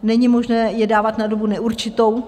Není možné je dávat na dobu neurčitou.